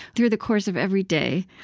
through the course of every day.